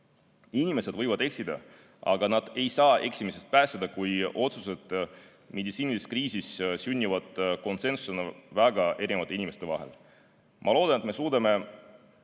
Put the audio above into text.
Inimesed võivad eksida, aga nad ei saa eksimisest pääseda, kui otsused meditsiinilises kriisis sünnivad konsensusest väga erinevate inimeste vahel. Ma loodan, et me suudame